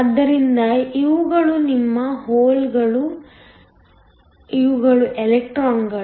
ಆದ್ದರಿಂದ ಇವುಗಳು ನಿಮ್ಮ ಹೋಲ್ಗಳು ಇವು ಎಲೆಕ್ಟ್ರಾನ್ಗಳು